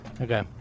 Okay